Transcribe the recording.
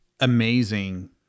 Amazing